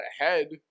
ahead